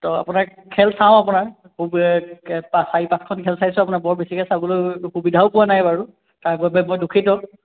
ত' আপোনাক খেল চাওঁ আপোনাৰ এই এই পাঁচ চাৰি পাঁচখন খেল চাইছোঁ আপোনাৰ বৰ বেছিকৈ চাবলৈও সুবিধাও পোৱা নাই বাৰু তাৰ বাবে মই দুঃখিত